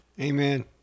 Amen